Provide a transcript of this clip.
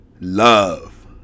love